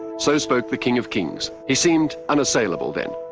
so spoke the king of kings. he seemed unassailable then,